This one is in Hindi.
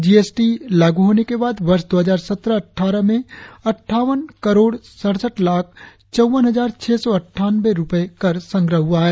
जी एस टी लागू होने के बाद वर्ष दो हजार सत्र अट्ठारह में अट्ठावन करोड़ सढ़सठ लाख चौवन हजार छह सौ अटठानवे रुपये कर संग्रह हुआ है